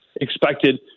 expected